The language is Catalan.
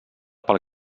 per